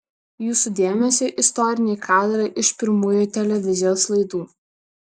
jūsų dėmesiui istoriniai kadrai iš pirmųjų televizijos laidų